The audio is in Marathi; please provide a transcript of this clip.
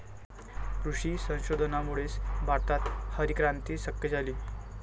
कृषी संशोधनामुळेच भारतात हरितक्रांती शक्य झाली